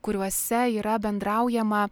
kuriuose yra bendraujama